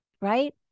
right